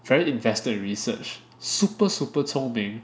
very invested in research super super 聪明